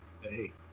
Hey